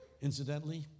Incidentally